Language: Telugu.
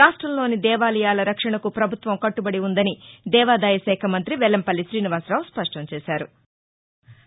రాష్టంలోని దేవాలయాల రక్షణకు ప్రభుత్వం కట్టుబది ఉందని దేవదాయశాఖ మంతి వెలంపల్లి శీనివాసరావు స్పష్టంచేశారు